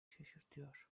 şaşırtıyor